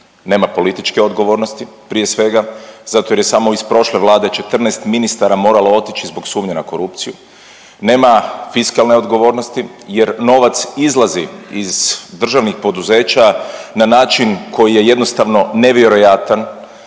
nema političke odgovornosti prije svega, zato jer je samo iz prošle Vlade 14 ministara moralo otići zbog sumnje na korupciju, nema fiskalne odgovornosti jer novac izlazi iz državnih poduzeća na način koji je jednostavno nevjerojatan,